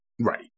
Right